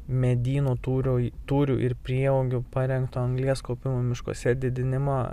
medynų tūrio tūrių ir prieaugių parengto anglies kaupimo miškuose didinimo